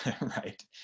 right